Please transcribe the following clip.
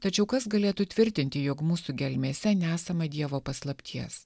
tačiau kas galėtų tvirtinti jog mūsų gelmėse nesama dievo paslapties